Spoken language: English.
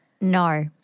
No